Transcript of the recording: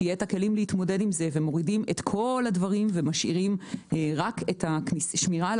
לכן אנחנו משאירים רק את השמירה על